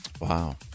Wow